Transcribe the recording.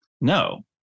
No